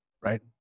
Right